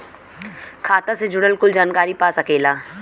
खाता से जुड़ल कुल जानकारी पा सकेला